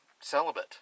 celibate